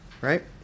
right